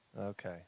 Okay